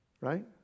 Right